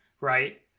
Right